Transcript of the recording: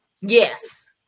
Yes